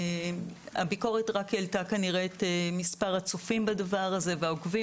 הביקורת רק העלתה כנראה את מספר הצופים והעוקבים,